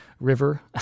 river